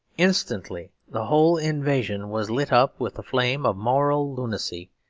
instantly the whole invasion was lit up with a flame of moral lunacy,